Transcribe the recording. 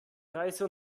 reise